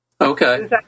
Okay